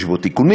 יש בו תיקונים,